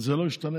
זה לא ישתנה.